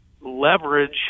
leverage